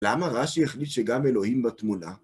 למה רשי החליט שגם אלוהים בתמונה?